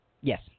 Yes